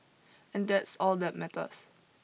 and that's all that matters